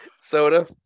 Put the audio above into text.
Soda